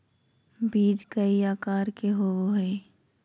बीज कई आकार के होबो हइ